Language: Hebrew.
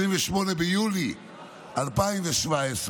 28 ביולי 2017,